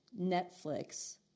Netflix